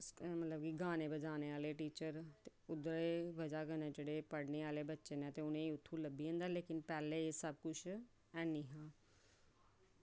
school बी गाने बजाने आह्ले टीचर ते जेह्ड़े थोह्ड़े पढ़ने आह्ले बच्चे ते उ'नें गी थोह्ड़ा लब्भी जंदा पैह्लें एह् सब कुछ ऐ निं